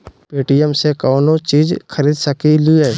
Paytm से कौनो चीज खरीद सकी लिय?